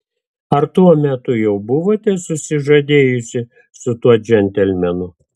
ar tuo metu jau buvote susižadėjusi su tuo džentelmenu